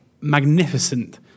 magnificent